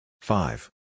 Five